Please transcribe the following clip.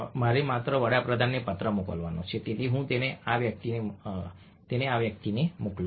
મારે માત્ર વડા પ્રધાનને પત્ર મોકલવો છે તેથી હું તેને આ વ્યક્તિને મોકલું છું